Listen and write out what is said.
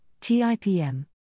TIPM